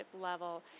level